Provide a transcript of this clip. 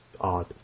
odd